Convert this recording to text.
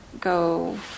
go